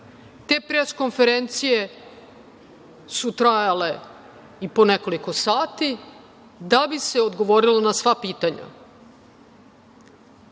ja. Te pres-konferencije su trajale i po nekoliko sati da bi se odgovorilo na sva pitanja.